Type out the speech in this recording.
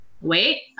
Wait